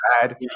bad